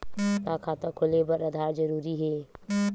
का खाता खोले बर आधार जरूरी हे?